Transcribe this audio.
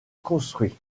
construit